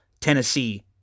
Tennessee